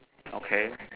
okay